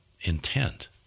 intent